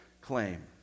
claim